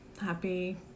happy